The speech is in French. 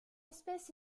espèce